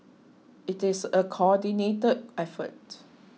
it is a coordinated effort